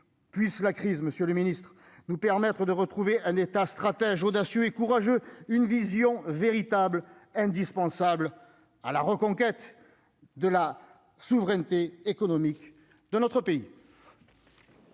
puisse la crise Monsieur le Ministre, nous permettre de retrouver un état stratège audacieux et courageux, une vision véritable indispensable à la reconquête de la souveraineté économique de notre pays.